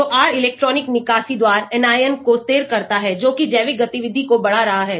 तो R electronic निकासी द्वारा anion को स्थिर करता है जो जैविक गतिविधि को बढ़ा रहा है